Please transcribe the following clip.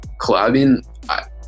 collabing